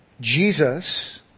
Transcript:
Jesus